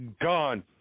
gone